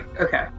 okay